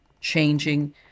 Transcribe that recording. changing